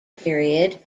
period